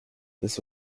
this